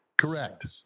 Correct